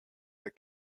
the